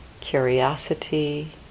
curiosity